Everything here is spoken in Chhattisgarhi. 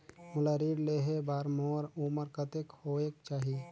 मोला ऋण लेहे बार मोर उमर कतेक होवेक चाही?